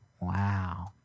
Wow